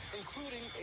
including